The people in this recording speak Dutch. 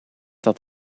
dat